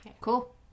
cool